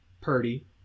Purdy